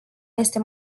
este